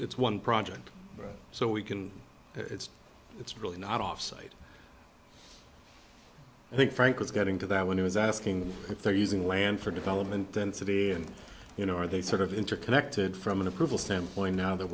it's one project so we can it's it's really not off site i think frank was getting to that when he was asking if they're using land for development density and you know are they sort of interconnected from an approval standpoint now that